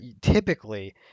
typically